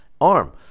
arm